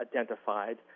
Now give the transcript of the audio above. identified